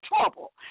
trouble